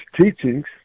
teachings